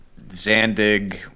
Zandig